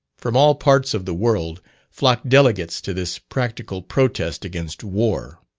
from all parts of the world flocked delegates to this practical protest against war.